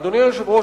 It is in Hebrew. אדוני היושב-ראש,